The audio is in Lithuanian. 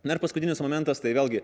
na ir paskutinis momentas tai vėlgi